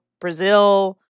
Brazil